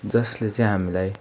जसले चाहिँ हामीलाई